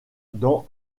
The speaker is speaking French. dans